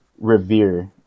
revere